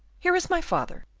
here is my father,